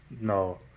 no